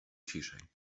ciszej